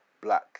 black